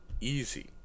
Easy